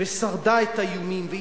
ושרדה את האיומים, והצליחה,